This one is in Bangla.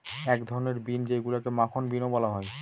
এক ধরনের বিন যেইগুলাকে মাখন বিনও বলা হয়